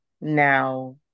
now